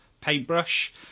paintbrush